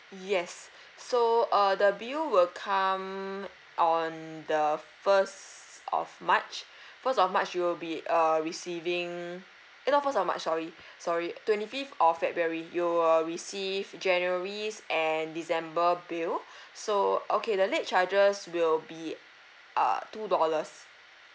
yes so uh the bill will come on the first of march first of march you will be uh receiving eh not first of march sorry sorry twenty fifth of february you will receive january's and december bill so okay the late charges will be uh two dollars